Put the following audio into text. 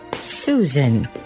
Susan